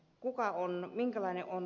kuka on minkälainen